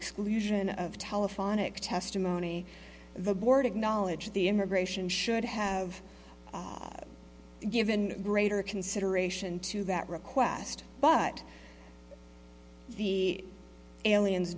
exclusion of telephonic testimony the board acknowledge the immigration should have given greater consideration to that request but the aliens